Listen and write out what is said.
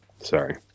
Sorry